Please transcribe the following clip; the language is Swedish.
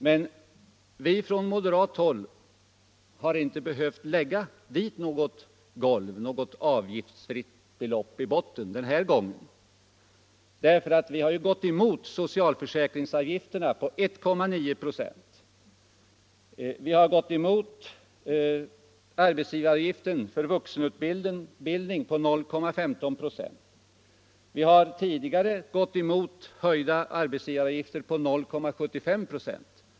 Men vi har från moderat håll inte behövt lägga dit något golv — något avgiftsfritt belopp i botten — den här gången, därför att vi har gått emot socialförsäkringsavgifterna på 1,9 96; vi har gått emot arbetsgivaravgiften för vuxenutbildning på 0,15 96; vi har tidigare gått emot höjda arbetsgivaravgifter på 0,75 96.